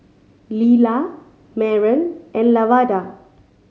Lilah Maren and Lavada